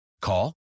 Call